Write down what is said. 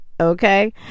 Okay